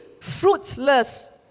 fruitless